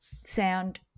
sound